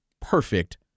perfect